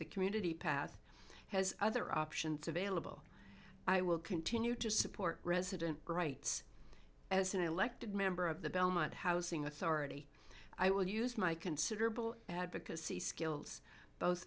the community path has other options available i will continue to support resident rights as an elected member of the belmont housing authority i will use my considerable advocacy skills both